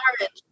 orange